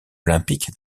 olympique